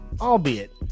albeit